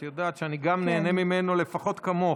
את יודעת שאני גם נהנה ממנו לפחות כמוך,